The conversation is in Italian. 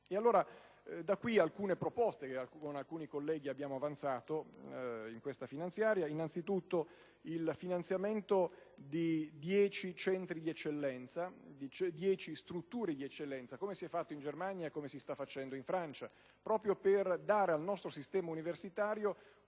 eccellenza. Da qui alcune proposte che con alcuni colleghi abbiamo avanzato in questa finanziaria; innanzi tutto il finanziamento di 10 strutture di eccellenza, come si è fatto in Germania e come si sta facendo in Francia, proprio per dare al nostro sistema universitario,